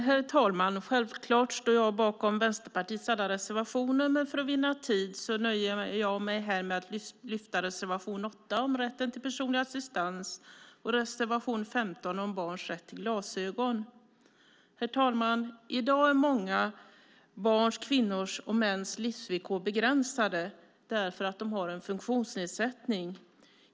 Herr talman! Självklart står jag bakom Vänsterpartiets alla reservationer, men för tids vinnande nöjer jag mig med att här lyfta fram reservation 8 om rätten till personlig assistans och reservation 15 om barns rätt till glasögon. Herr talman! I dag är många barns, kvinnors och mäns livsvillkor begränsade därför att de har en funktionsnedsättning.